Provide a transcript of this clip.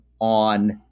on